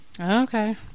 Okay